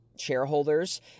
shareholders